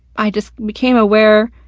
i just became aware,